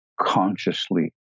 consciously